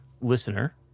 listener